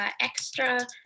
extra